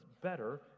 better